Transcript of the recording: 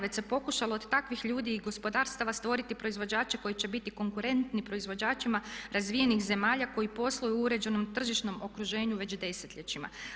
Već se pokušalo od takvih ljudi i gospodarstava stvoriti proizvođače koji će biti konkurentni proizvođačima razvijenih zemalja koji posluju u uređenom tržišnom okruženju već desetljećima.